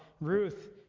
Ruth